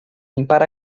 limpar